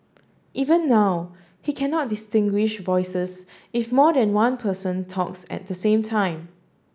even now he cannot distinguish voices if more than one person talks at the same time